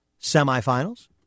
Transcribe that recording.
semifinals